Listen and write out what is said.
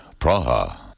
Praha